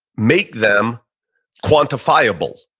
make them quantifiable.